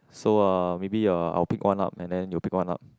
so uh maybe uh I will pick one up and then you pick one up